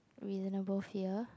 reasonable sia